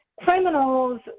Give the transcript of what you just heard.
Criminals